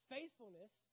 Faithfulness